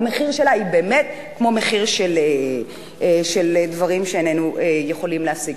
המחיר שלה הוא באמת כמו מחיר של דברים שאיננו יכולים להשיג.